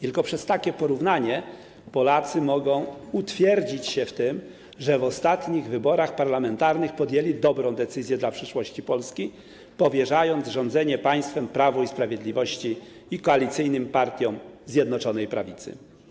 Tylko dzięki takiemu porównaniu Polacy mogą utwierdzić się w tym, że w ostatnich wyborach parlamentarnych podjęli dobrą decyzję dla przyszłości Polski, powierzając rządzenie państwem Prawu i Sprawiedliwości i koalicyjnym partiom Zjednoczonej Prawicy.